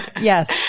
Yes